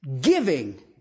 Giving